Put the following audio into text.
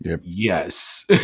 yes